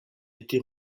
été